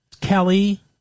Kelly